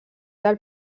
del